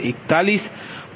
15258